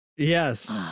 Yes